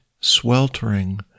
sweltering